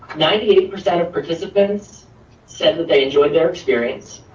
ninety eight percent of participants said that they enjoyed their experience,